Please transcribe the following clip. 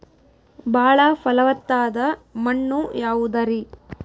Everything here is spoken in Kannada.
ಬಾಳ ಫಲವತ್ತಾದ ಮಣ್ಣು ಯಾವುದರಿ?